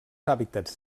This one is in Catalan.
hàbitats